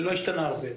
לא השתנה הרבה.